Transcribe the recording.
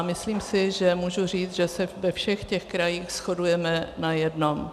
Myslím si, že můžu říct, že se ve všech krajích shodujeme na jednom.